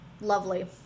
lovely